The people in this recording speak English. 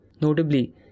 Notably